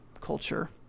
culture